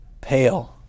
pale